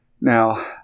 Now